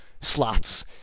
slots